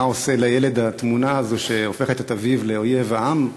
מה עושה לילד התמונה הזאת שהופכת את אביו לאויב העם.